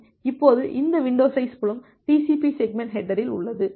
இப்போது இந்த window size புலம் TCP செக்மெண்ட் ஹேட்டரில் உள்ளது